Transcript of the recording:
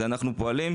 אנחנו פועלים,